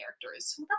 characters